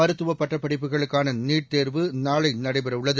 மருத்துவ பட்டப்படிப்புகளுக்கான நீட் தேர்வு நாளை நடைபெறவுள்ளது